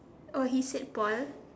oh he said Paul